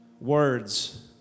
words